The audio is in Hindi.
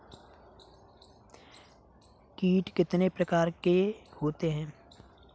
कीट कितने प्रकार के होते हैं?